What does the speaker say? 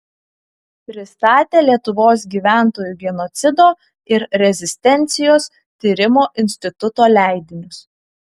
pristatė lietuvos gyventojų genocido ir rezistencijos tyrimo instituto leidinius